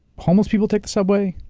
homeless people take the subway,